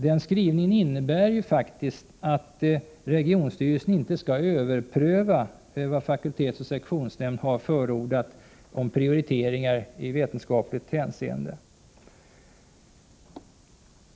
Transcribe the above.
Den skrivningen innebär nämligen att regionstyrelsen inte skall överpröva vad fakultets/sektionsnämnd har förordat om prioriteringar i vetenskapligt hänseende.